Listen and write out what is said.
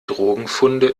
drogenfunde